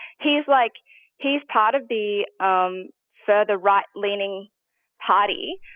he's, like he's part of the um further-right-leaning party,